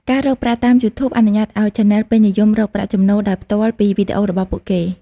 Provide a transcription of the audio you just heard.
ការរកប្រាក់តាម YouTube អនុញ្ញាតឱ្យឆានែលពេញនិយមរកប្រាក់ចំណូលដោយផ្ទាល់ពីវីដេអូរបស់ពួកគេ។